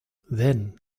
then